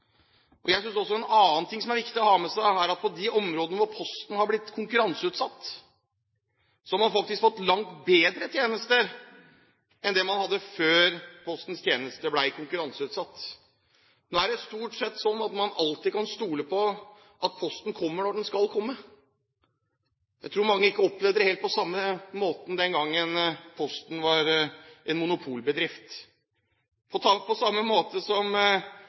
En annen ting som jeg synes det er viktig å ha med seg, er at man på de områdene hvor Posten er blitt konkurranseutsatt, faktisk har fått langt bedre tjenester enn det man hadde før Postens tjenester ble konkurranseutsatt. Nå er det stort sett slik at man alltid kan stole på at posten kommer når den skal komme. Jeg tror mange ikke opplevde det helt på samme måten den gangen Posten var en monopolbedrift – på samme måte som